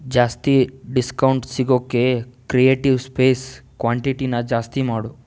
ಜಾಸ್ತಿ ಡಿಸ್ಕೌಂಟ್ ಸಿಗೋಕ್ಕೆ creative space ಕ್ವಾಂಟಿಟಿನ ಜಾಸ್ತಿ ಮಾಡು